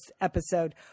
episode